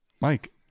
Mike